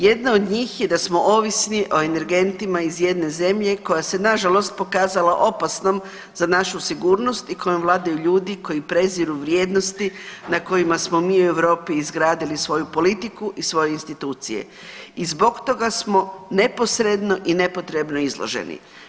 Jedna od njih je da smo ovisni o energentima iz jedne zemlje koja se nažalost pokazala opasnom za našu sigurnost i kojom vladaju ljudi koji preziru vrijednosti na kojima smo mi u Europi izgradili svoju politiku i svoje institucije i zbog toga smo neposredno i nepotrebno izloženi.